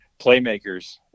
playmakers